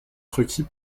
requis